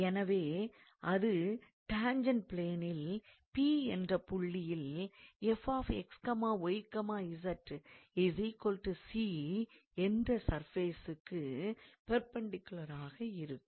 எனவே அது டான்ஜெண்ட் பிளேனில் P என்ற புள்ளியில் என்ற சுர்பேசுக்கு பெர்பெண்டிக்குலராக இருக்கும்